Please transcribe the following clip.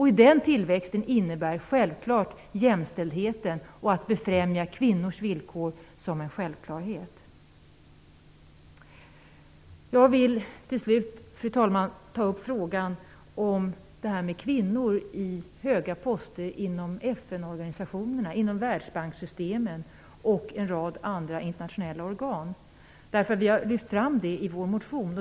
I den tillväxten ingår naturligtvis jämställdheten och att befrämja kvinnors villkor som en självklarhet. Fru talman! Jag vill till slut ta upp frågan om kvinnor på höga poster inom FN-organisationerna, Världsbankssystemen och en rad andra internationella organ. Vi har lyft fram detta i vår motion.